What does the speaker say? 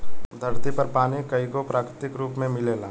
धरती पर पानी कईगो प्राकृतिक रूप में मिलेला